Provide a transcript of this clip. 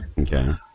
Okay